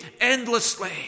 endlessly